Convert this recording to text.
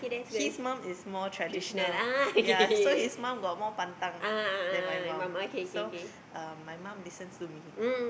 his mum is more traditional ya so his mum got more pantang than my mum so uh my mum listens to me